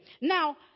Now